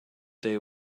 day